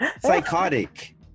Psychotic